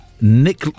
Nick